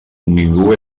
ningú